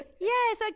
yes